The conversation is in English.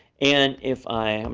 and if i, um